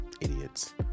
Idiots